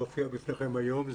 להופיע בפניכם היום.